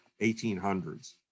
1800s